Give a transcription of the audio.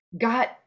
got